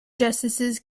justices